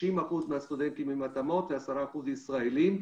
90% מהסטודנטים עם התאמות ו-10% ישראלים.